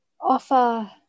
offer